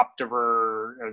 Optiver